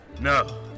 No